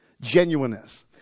Genuineness